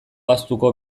ahaztuko